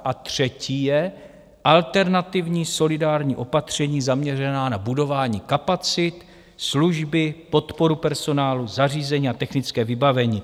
A třetí je alternativní solidární opatření zaměřené na budování kapacit, služby, podporu personálu, zařízení a technické vybavení.